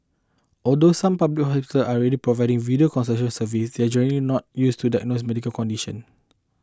although some public hospital are already providing video consultation services they are generally not used to diagnose medical condition